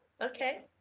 okay